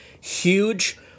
huge